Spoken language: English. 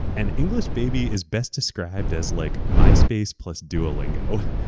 and english, baby! is best described as like myspace plus duolingo.